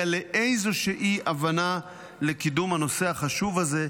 לאיזושהי הבנה לקידום הנושא החשוב הזה,